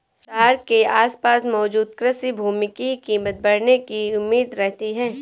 शहर के आसपास मौजूद कृषि भूमि की कीमत बढ़ने की उम्मीद रहती है